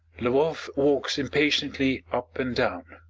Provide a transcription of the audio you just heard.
lvoff walks impatiently up and down.